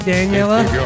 Daniela